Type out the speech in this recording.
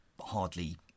hardly